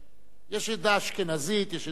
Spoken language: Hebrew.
יש עדה אשכנזית, יש עדה ספרדית.